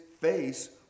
face